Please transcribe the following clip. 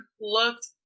looked